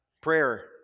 Prayer